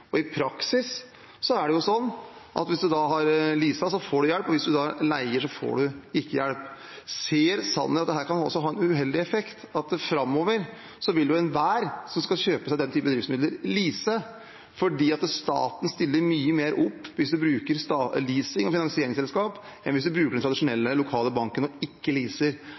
og i praksis er det sånn at hvis man har leaset, får man hjelp, og hvis man eier, får man ikke hjelp. Ser Sanner at dette også kan ha en uheldig effekt, at framover vil enhver som skal kjøpe seg den typen driftsmidler, lease fordi staten stiller mye mer opp hvis man bruker leasing og finansieringsselskaper enn hvis man bruker den tradisjonelle, lokale banken og ikke